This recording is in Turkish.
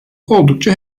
oldukça